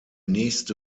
nächste